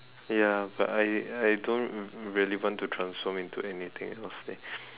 ya but I I don't really want to transform into anything else leh